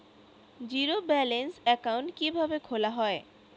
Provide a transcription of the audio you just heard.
Zero balance account কিভাবে খোলা হয়?